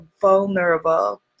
vulnerable